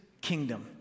kingdom